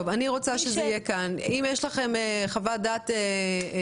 אני רוצה שזה יהיה כאן אם יש לכם חוות דעת משפטית.